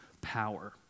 power